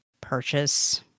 purchase